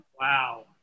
Wow